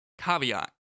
Caveat